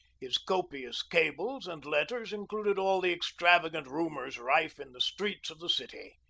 his copious cables and letters included all the extravagant rumors rife in the streets of the city.